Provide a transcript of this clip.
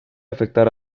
afectar